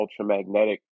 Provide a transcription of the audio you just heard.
Ultramagnetic